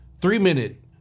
three-minute